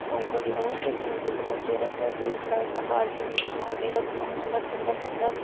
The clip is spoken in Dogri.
सौ करी लैओ नी तेल बेच्च कड्डिये ते फिर दुई साइड न बाल्टी बेच्च पानी रक्खी लैना होंदा ठंडा ठंडा